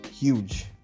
Huge